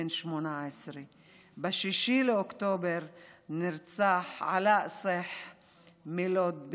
בן 18. ב-6 באוקטובר נרצח עלאא אלסח מלוד,